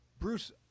Bruce